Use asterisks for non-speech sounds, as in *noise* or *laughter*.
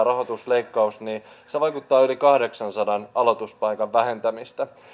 *unintelligible* rahoitusleikkaus tarkoittaa niin se tarkoittaa yli kahdeksansadan aloituspaikan vähentämistä